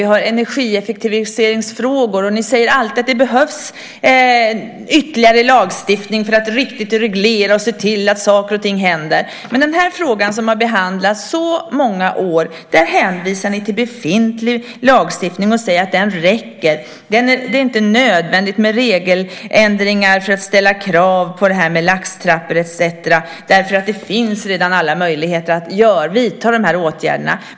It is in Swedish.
Vi har också debatterat energieffektiviseringsfrågor, och ni säger alltid att det behövs ytterligare lagstiftning för att riktigt kunna reglera och se till att saker och ting händer. Men i den här frågan, som behandlats i så många år, hänvisar ni till befintlig lagstiftning och säger att den räcker, att det inte är nödvändigt med regeländringar för att kunna ställa krav på laxtrappor etcetera eftersom det redan finns alla möjligheter att vidta de åtgärderna.